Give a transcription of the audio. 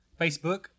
Facebook